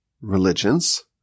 religions